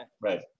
right